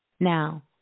Now